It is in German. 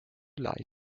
leiten